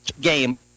game